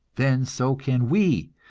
then so can we,